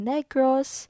Negros